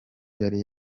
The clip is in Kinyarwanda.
yari